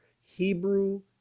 hebrew